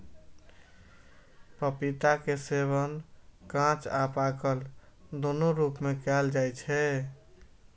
पपीता के सेवन कांच आ पाकल, दुनू रूप मे कैल जाइ छै